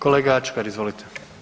Kolega Ačkar, izvolite.